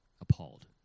Appalled